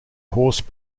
horse